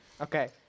Okay